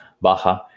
Baja